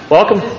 Welcome